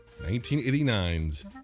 1989's